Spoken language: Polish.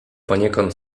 poniekąd